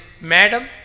Madam